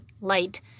light